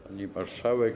Pani Marszałek!